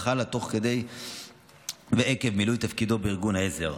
חלה תוך כדי ועקב מילוי תפקידו בארגון העזר.